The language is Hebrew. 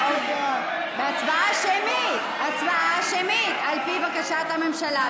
הצבעה שמית, הצבעה שמית על פי בקשת הממשלה.